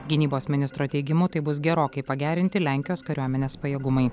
gynybos ministro teigimu tai bus gerokai pagerinti lenkijos kariuomenės pajėgumai